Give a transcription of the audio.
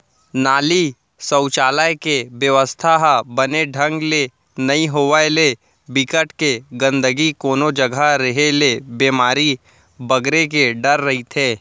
नाली, सउचालक के बेवस्था ह बने ढंग ले नइ होय ले, बिकट के गंदगी कोनो जघा रेहे ले बेमारी बगरे के डर रहिथे